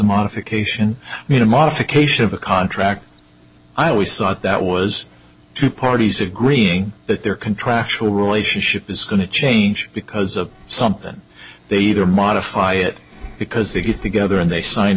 modification made a modification of a contract i always thought that was two parties agreeing that their contractual relationship is going to change because of something they either modify it because they get together and they sign